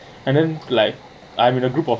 and then like I'm in a group of